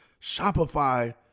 Shopify